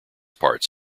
parts